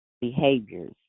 behaviors